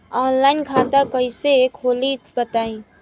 Online खाता कइसे खोली बताई?